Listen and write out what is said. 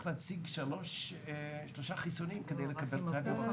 להציג שלושה חיסונים כדי לקבל תו ירוק.